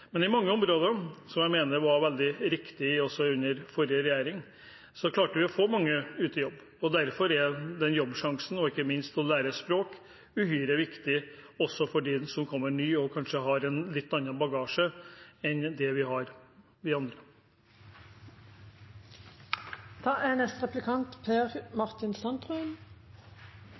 Men i mange områder, noe jeg mener var veldig riktig også under den forrige regjeringen, klarte vi å få mange ut i jobb. Derfor er en jobbsjanse og ikke minst det å lære språk uhyre viktig for dem som kommer nye, og som kanskje har en litt annen bagasje enn det vi andre har.